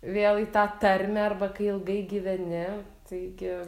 vėl į tą tarmę arba kai ilgai gyveni tai gi